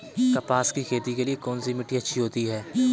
कपास की खेती के लिए कौन सी मिट्टी अच्छी होती है?